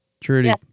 Trudy